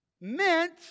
meant